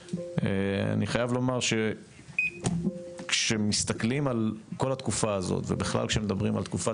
אני חייב לומר שכשמסתכלים על כל התקופה הזאת ובכלל כשמדברים על תקופת